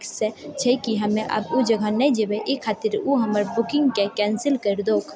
सँ छै कि हमे आब ओ जगह नहि जेबय ई खातिर ओ हमर बुकिङके कैन्सिल करि दो